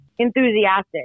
enthusiastic